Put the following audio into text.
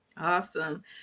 Awesome